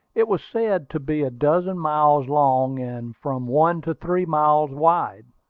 it was said to be a dozen miles long, and from one to three miles wide.